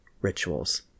rituals